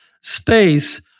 space